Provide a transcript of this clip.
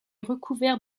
recouvert